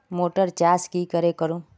Motor चास की करे करूम?